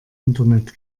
internet